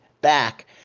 back